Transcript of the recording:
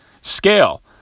scale